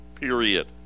period